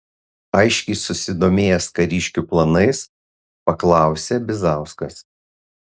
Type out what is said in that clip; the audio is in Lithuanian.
aiškiai susidomėjęs kariškių planais paklausė bizauskas